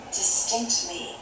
distinctly